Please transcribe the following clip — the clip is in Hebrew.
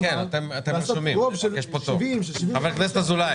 לעשות רוב של 70,